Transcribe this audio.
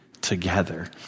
together